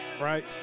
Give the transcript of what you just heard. right